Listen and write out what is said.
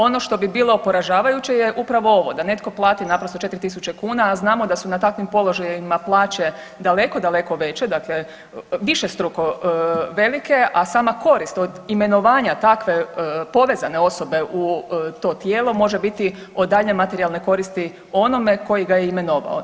Ono što bi bilo poražavajuće je upravo ovo da netko plati naprosto 4 tisuće kuna, a znamo da su na takvim položajima plaće daleko daleko veće, dakle višestruko velike, a sama korist od imenovanja takve povezane osobe u to tijelo može biti od daljnje materijalne koristi onome koji ga je imenovao.